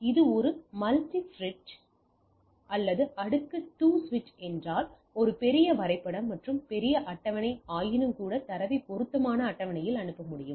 இது ஒரு multiport bridge அல்லது அடுக்கு 2 சுவிட்ச் என்றால் ஒரு பெரிய வரைபடம் மற்றும் பெரிய அட்டவணை ஆயினும்கூட தரவை பொருத்தமான அட்டவணையில் அனுப்ப முடியும்